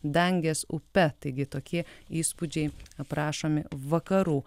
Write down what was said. dangės upe taigi tokie įspūdžiai aprašomi vakarų